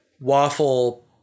waffle